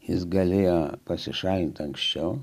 jis galėjo pasišalinti anksčiau